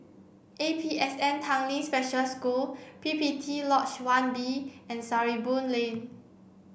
A P S N Tanglin Special School P P T Lodge one B and Sarimbun Lane